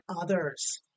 others